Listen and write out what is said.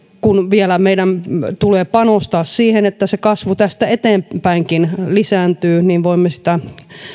kun meidän tulee panostaa vielä siihen että se kasvu tästä eteenpäinkin lisääntyy voimme sitä